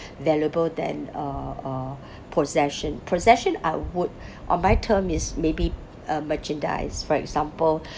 valuable than uh uh possession possession I would uh on my term is maybe uh merchandise for example